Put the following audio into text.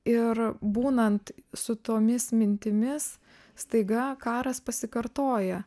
ir būnant su tomis mintimis staiga karas pasikartoja